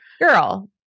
Girl